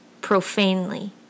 profanely